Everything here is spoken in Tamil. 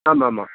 ஆமாம்மா